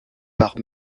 par